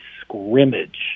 scrimmage